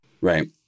Right